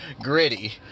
gritty